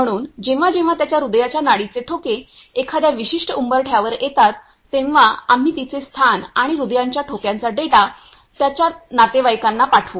म्हणून जेव्हा जेव्हा त्याच्या हृदयाची नाडीचे ठोके एखाद्या विशिष्ट उंबरठ्यावर येतात तेव्हा आम्ही तिचे स्थान आणि हृदयाच्या ठोक्यांचा डेटा त्याच्या नातेवाईकांना पाठवू